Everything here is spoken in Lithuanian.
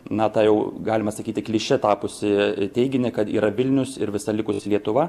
na tą jau galima sakyti kliše tapusį teiginį kad yra vilnius ir visa likusi lietuva